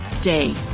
day